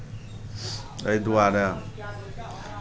एहि दुआरे